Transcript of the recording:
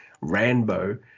Rambo